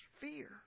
fear